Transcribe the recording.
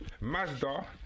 Mazda